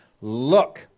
Look